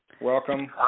Welcome